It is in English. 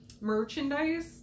merchandise